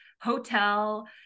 hotel